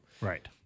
Right